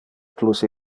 plus